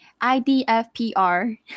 IDFPR